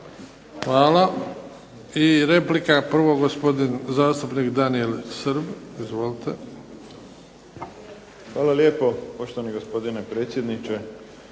Hvala. I replika, prvo gospodin zastupnik Daniel Srb. Izvolite. **Srb, Daniel (HSP)** Hvala lijepo poštovani gospodine predsjedniče,